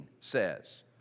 says